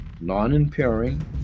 non-impairing